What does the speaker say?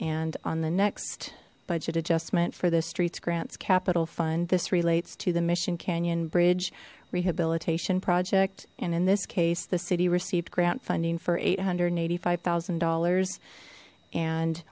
and on the next budget adjustment for the streets grants capital fund this relates to the mission canyon bridge rehabilitation project and in this case the city received grant funding for eight hundred and eighty five thousand dollars and